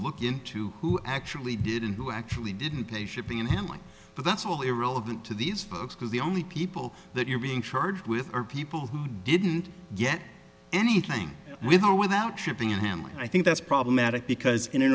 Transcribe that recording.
look into who actually did and who actually didn't pay shipping and handling but that's all irrelevant to these folks because the only people that you're being charged with are people who didn't get anything with or without shipping and handling i think that's problematic because in